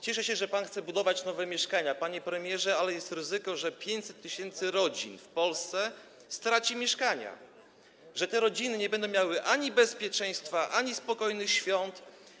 Cieszę się, że pan chce budować nowe mieszkania, panie premierze, ale jest ryzyko, że 500 tys. rodzin w Polsce straci mieszkania, że te rodziny nie będą miały ani bezpieczeństwa, ani spokojnych świąt.